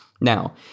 Now